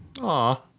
Aw